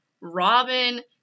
Robin